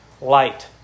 light